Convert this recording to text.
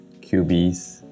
QBs